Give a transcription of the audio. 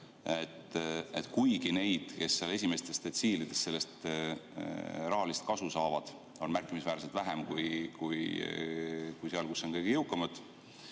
Kuigi neid, kes esimestes detsiilides sellest rahalist kasu saavad, on märkimisväärselt vähem, kui seal, kus on kõige jõukamad,